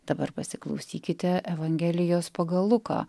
dabar pasiklausykite evangelijos pagal luką